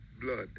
blood